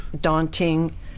daunting